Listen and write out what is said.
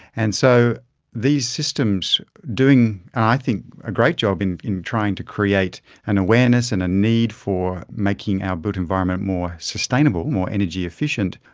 and so these systems, doing i think a great job in in trying to create an awareness and a need for making our built environment more sustainable, more energy efficient,